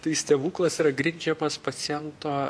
tai stebuklas yra grindžiamas paciento